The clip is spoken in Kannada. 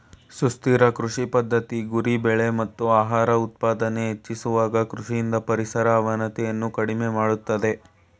ಸುಸ್ಥಿರ ಕೃಷಿ ಪದ್ಧತಿ ಗುರಿ ಬೆಳೆ ಮತ್ತು ಆಹಾರ ಉತ್ಪಾದನೆ ಹೆಚ್ಚಿಸುವಾಗ ಕೃಷಿಯಿಂದ ಪರಿಸರ ಅವನತಿಯನ್ನು ಕಡಿಮೆ ಮಾಡ್ತದೆ